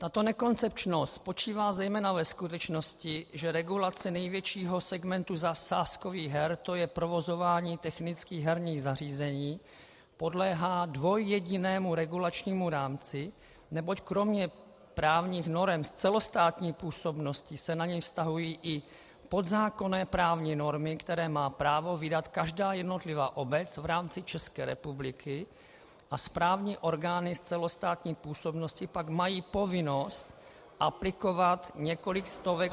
Tato nekoncepčnost spočívá zejména ve skutečnosti, že regulace největšího segmentu sázkových her, to je provozování technických herních zařízení, podléhá dvojjedinému regulačnímu rámci, neboť kromě právních norem s celostátní působností se na něj vztahují i podzákonné právní normy, které má právo vydat každá jednotlivá obec v rámci České republiky, a správní orgány s celostátní působností pak mají povinnost aplikovat několik stovek